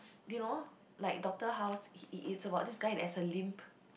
do you know like Doctor House it it it's about this guy that has a limp